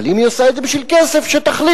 אבל אם היא עושה את זה בשביל כסף, שתחליט